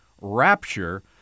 rapture